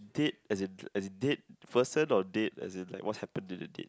dead as in as in dead person or date as in like what's happened to the date